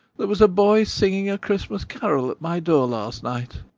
there was a boy singing a christmas carol at my door last night.